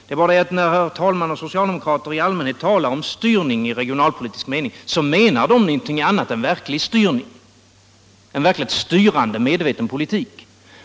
Det är bara det, herr talman, att när socialdemokrater i allmänhet talar om styrning i regionalpolitisk mening menar de någonting annat än en verklig styrning, en verkligt styrande medveten politik.